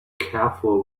careful